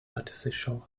artificial